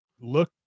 look